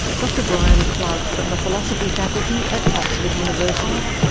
dr brian klug, from the philosophy faculty at oxford university.